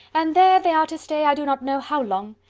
and there they are to stay i do not know how long.